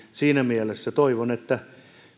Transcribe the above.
siinä mielessä toivon että